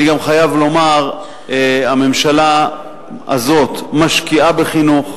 אני גם חייב לומר, הממשלה הזאת משקיעה בחינוך,